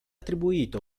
attribuito